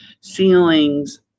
ceilings